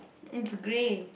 it's grey